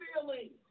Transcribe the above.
feelings